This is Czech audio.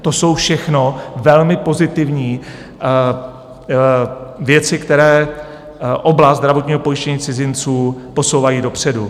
To jsou všechno velmi pozitivní věci, které oblast zdravotního pojištění cizinců posouvají dopředu.